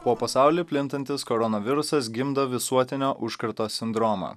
po pasaulį plintantis koronavirusas gimdo visuotinio užkrato sindromą